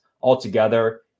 altogether